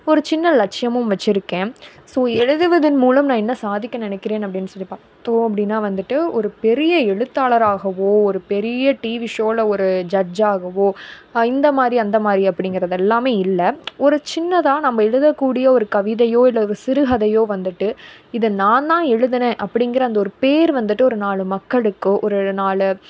ஒரு சின்ன லட்சியமும் வச்சுருக்கேன் ஸோ எழுதுவதன் மூலம் நான் என்ன சாதிக்க நினைக்கிறேன் அப்படீன்னு சொல்லி பார்த்தோம் அப்படீன்னா வந்துட்டு ஒரு பெரிய எழுத்தாளராகவோ ஒரு பெரிய டிவி ஷோவில ஒரு ஜட்ஜாகவோ இந்தமாதிரி அந்தமாதிரி அப்படிங்கறதெல்லாமே இல்லை ஒரு சின்னதாக நம்ப எழுதக்கூடிய ஒரு கவிதையோ இல்லை ஒரு சிறுகதையோ வந்துட்டு இதை நான்தான் எழுதினேன் அப்படிங்கற அந்த ஒரு பேர் வந்துட்டு ஒரு நாலு மக்களுக்கோ ஒரு நாலு